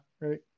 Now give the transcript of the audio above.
right